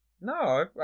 no